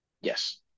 Yes